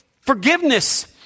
Forgiveness